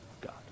God